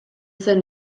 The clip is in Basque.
zen